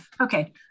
Okay